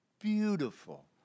beautiful